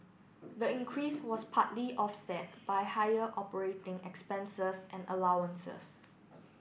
the increase was partly offset by higher operating expenses and allowances